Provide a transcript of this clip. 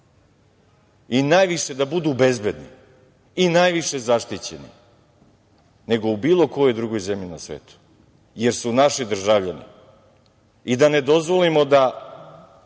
i najviše da budu bezbedni i najviše zaštićeni nego u bilo kojoj drugoj zemlji na svetu, jer su naši državljani i da ne dozvolimo da